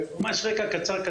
רקע ממש קצר,